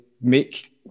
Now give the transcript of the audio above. make